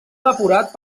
depurat